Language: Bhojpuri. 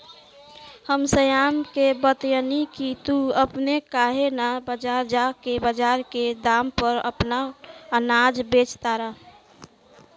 हम श्याम के बतएनी की तू अपने काहे ना बजार जा के बजार के दाम पर आपन अनाज बेच तारा